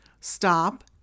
Stop